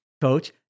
coach